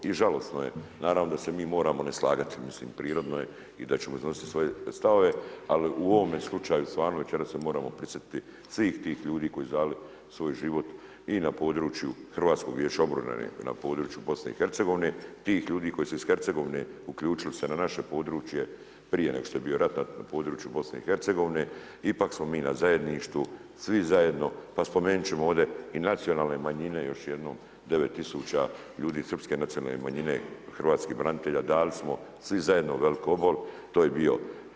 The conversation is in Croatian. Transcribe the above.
I žalosno je, naravno da se mi moramo neslagati, mislim prirodno je i da ćemo iznositi svoje stavove ali u ovome slučaju stvarno večeras se moramo prisjetiti svih tih ljudi koji su dali svoj život i na području HVO-a, na području BiH-a, tih ljudi koji su se iz Hercegovine uključili se na naše područje prije nego što je bio rat na području BiH-a, ipak smo mi na zajedništvu, svi zajedno, pa spomenuti ćemo ovdje i nacionalne manjine, još jednom 9 tisuća ljudi iz srpske nacionalne manjine hrvatskih branitelja, dali smo svi zajedno veliki obol, to je bio.